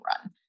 run